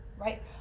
right